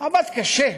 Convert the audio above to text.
עבד קשה.